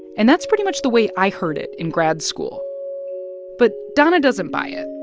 and that's pretty much the way i heard it in grad school but dana doesn't buy it.